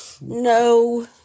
No